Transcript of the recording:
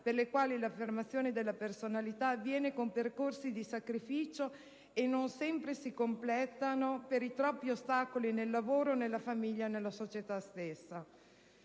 per le quali l'affermazione della personalità avviene con percorsi di sacrificio e non sempre giunge a completamento per i troppi ostacoli nel lavoro, nella famiglia e nella società.